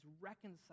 reconciled